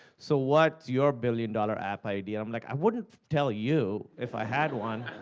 so what's your billion dollar app idea? um like i wouldn't tell you if i had one,